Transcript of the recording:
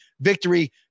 victory